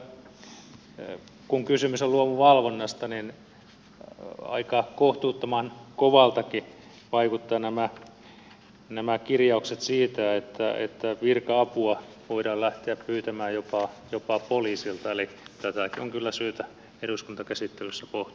kieltämättä kun kysymys on luomuvalvonnasta aika kohtuuttoman koviltakin vaikuttavat nämä kirjaukset siitä että virka apua voidaan lähteä pyytämään jopa poliisilta eli tätäkin on kyllä syytä eduskuntakäsittelyssä pohtia